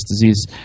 disease